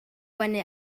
wenu